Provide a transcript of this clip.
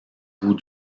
bout